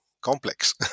complex